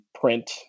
print